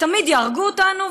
תמיד יהרגו אותנו,